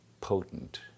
potent